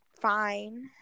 fine